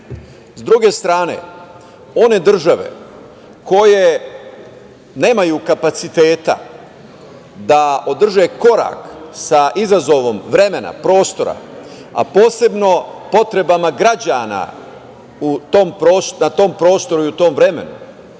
druge strane, one države koje nemaju kapaciteta da održe korak sa izazovom vremena, prostora, a posebno potrebama građana na tom prostoru i u tom vremenu,